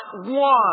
one